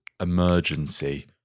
emergency